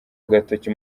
agatoki